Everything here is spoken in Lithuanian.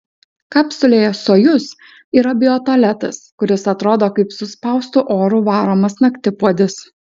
kapsulėje sojuz yra biotualetas kuris atrodo kaip suspaustu oru varomas naktipuodis